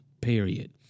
Period